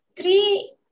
three